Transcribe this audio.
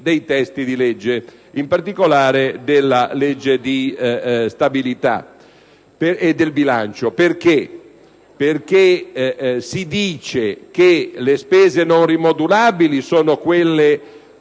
dei testi di legge, in particolare della legge di stabilità e del bilancio. Si dice che le spese non rimodulabili sono quelle